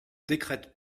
décrète